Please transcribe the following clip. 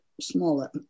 smaller